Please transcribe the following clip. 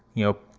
you know,